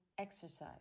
Exercise